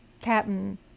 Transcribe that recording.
Captain